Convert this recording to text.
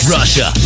Russia